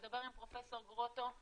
אנחנו נדבר עם פרופ' גרוטו,